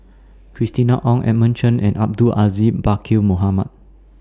Christina Ong Edmund Cheng and Abdul Aziz Pakkeer Mohamed